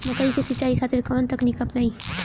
मकई के सिंचाई खातिर कवन तकनीक अपनाई?